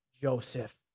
Joseph